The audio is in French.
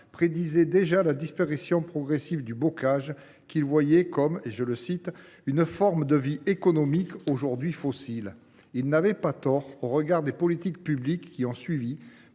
prédisait déjà la disparition progressive du bocage, qu’il voyait comme une « forme de vie économique aujourd’hui fossile ». Il n’avait pas tort au regard des politiques publiques qui ont suivi,